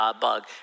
bug